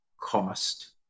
cost